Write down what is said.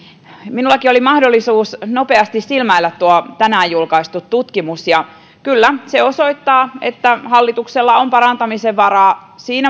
minullakin oli mahdollisuus nopeasti silmäillä tuo tänään julkaistu tutkimus ja kyllä se osoittaa että hallituksella on parantamisen varaa